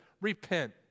repent